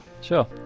sure